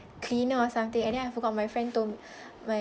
cleaner or something and then I forgot my friend told my